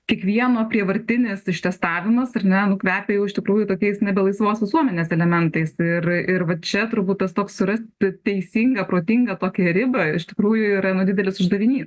kiekvieno prievartinis ištestavimas ar ne nu kvepia jau iš tikrųjų tokiais nebe laisvos visuomenės elementais ir ir va čia turbūt tas toks surasti teisingą protingą tokią ribą iš tikrųjų yra nu didelis uždavinys